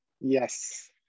Yes